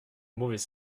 mauvais